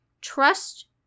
trust